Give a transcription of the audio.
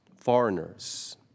foreigners